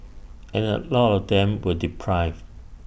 and A lot of them were deprived